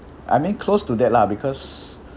I mean close to that lah because